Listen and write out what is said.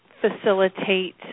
facilitate